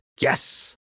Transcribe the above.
Yes